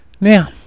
Now